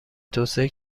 توسعه